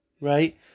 Right